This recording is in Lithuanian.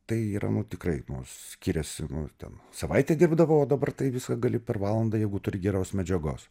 tai yra nu tikrai skiriasi ten savaitę dirbdavau o dabar tai viską gali per valandą jeigu turi geros medžiagos